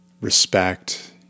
respect